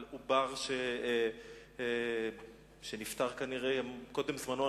על עובר שנפטר כנראה קודם זמנו.